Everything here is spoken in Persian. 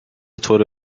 طور